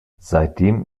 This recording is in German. seitdem